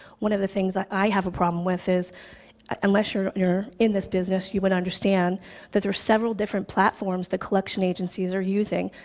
one of the things i have a problem with is unless you're you're in this business, you would understand that there's several different platforms that collection agencies are using,